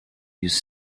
use